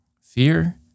fear